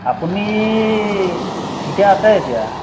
আপুনি ঠিকে আছে এতিয়া